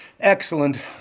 Excellent